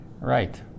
Right